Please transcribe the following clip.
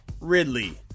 Ridley